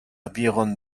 byron